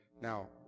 now